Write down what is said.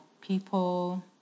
people